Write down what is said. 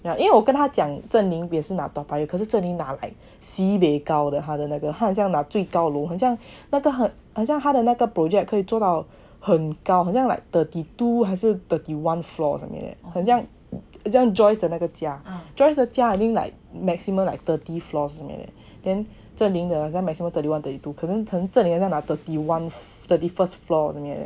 yeah 因为我跟他讲 zheng ming 也是拿 toa payoh 可是 zheng ming 拿 like sibei 高的它的那个他好像拿最高楼很像那个很很象他的那个 project 可以做到很高好像 like thirty two 还是 thirty one floors something like that 很像 joyce 的那个家 joyce 的家 actually maximum like thirty floors something like that then zheng ming 的很像 maximum thirty one thirty two 可能 zheng ming 好像拿 thirty one thirty first floor